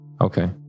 okay